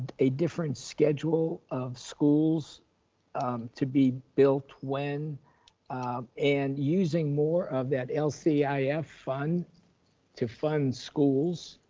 a different schedule of schools to be built when and using more of that lcif yeah yeah fund to fund schools.